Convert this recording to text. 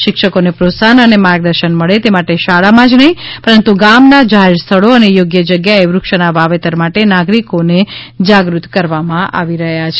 શિક્ષકોને પ્રોત્સાહન અને માર્ગદર્શન મળે તે માટે શાળામાં જ નહિં પરંતુ ગામનાં જાહેર સ્થળો અને યોગ્ય જગ્યાએ વૃક્ષોના વાવેતર માટે નાગરિકોને જાગૃત કરવામાં આવી રહ્યા છે